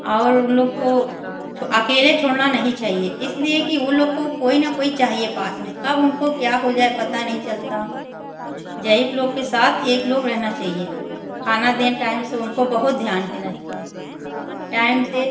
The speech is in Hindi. और उन लोग को अकेले छोड़ना नहीं चाहिए इसलिए कि वे लोग को कोई ना कोई चाहिए पास में कब उनको क्या हो जाए पता नहीं चलता ज़ईफ़ लोग के साथ एक लोग रहना चाहिए खाना दें टाइम से उनको बहुत ध्यान देना चाहिए टाइम से